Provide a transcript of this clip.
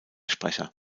sprecher